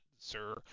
sir